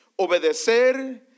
obedecer